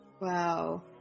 Wow